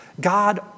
God